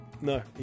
No